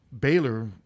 Baylor